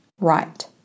right